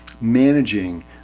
managing